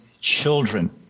children